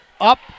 up